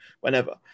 whenever